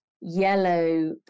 yellow